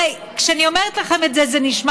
הרי כשאני אומרת לכם את זה זה נשמע